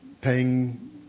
paying